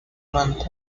manta